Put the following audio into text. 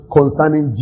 concerning